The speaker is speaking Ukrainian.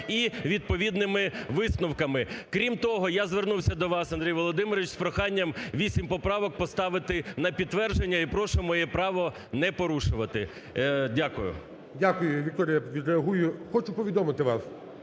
і відповідними висновками. Крім того, я звернувся до вас, Андрій Володимирович, з проханням вісім поправок поставити на підтвердження і прошу моє право не порушувати. Дякую. ГОЛОВУЮЧИЙ. Дякую. Вікторія, відреагую, хочу повідомити вас,